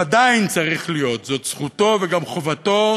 הוא עדיין צריך להיות, זאת זכותו וגם חובתו,